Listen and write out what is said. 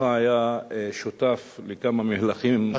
שכבודך היה שותף לכמה מהלכים,